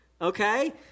Okay